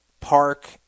park